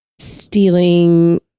stealing